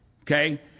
Okay